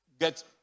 get